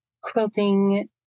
quilting